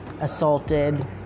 assaulted